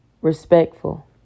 respectful